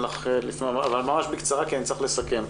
אבל ממש בקצרה כי אני צריך לסכם.